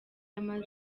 yamaze